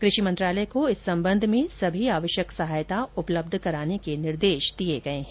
कृषि मंत्रालय को इस संबंध में सभी आवश्यक सहायता उपलब्ध कराने का निर्देश दिया गया है